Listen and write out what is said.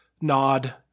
nod